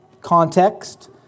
Context